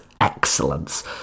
excellence